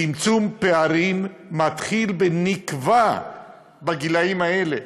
צמצום פערים מתחיל ונקבע בגילים האלה.